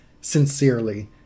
Sincerely